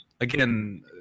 Again